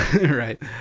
Right